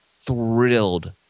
thrilled